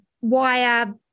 wire